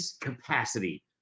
capacity